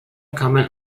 kamen